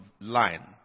line